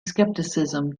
skepticism